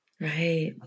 Right